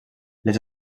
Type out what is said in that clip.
les